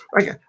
Okay